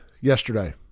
yesterday